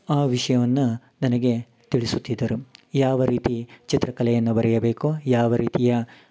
ಆ ವಿವಯವನ್ನ ನನಗೆ ತಿಳಿಸುತ್ತಿದ್ದರು ಯಾವ ರೀತಿ ಚಿತ್ರಕಲೆಯನ್ನ ಬರೆಯಬೇಕು ಯಾವ ರೀತಿಯ